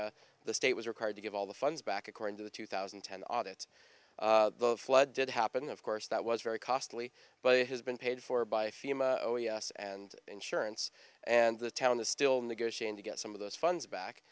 the the state was required to give all the funds back according to the two thousand and ten audit the flood did happen of course that was very costly but it has been paid for by us and insurance and the town the still negotiate to get some of those funds back